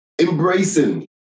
embracing